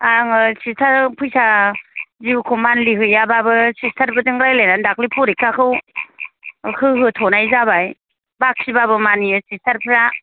आङो सिस्थार फैसा दिउ खौ मानलि हैया बाबो सिस्थार फोरजों रायलायनानै दाख्लि फरेकाखौ होहो थनाय जाबाय बाखि बाबो मानियो सिसथारफ्रा